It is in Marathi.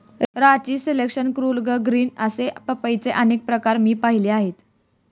रांची सिलेक्शन, कूर्ग ग्रीन असे पपईचे अनेक प्रकार मी पाहिले आहेत